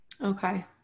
Okay